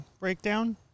breakdown